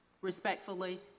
respectfully